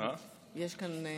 אין לי מושג.